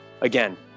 again